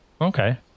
okay